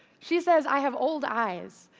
she says i have old eyes.